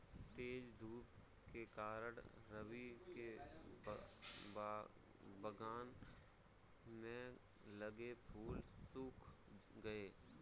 तेज धूप के कारण, रवि के बगान में लगे फूल सुख गए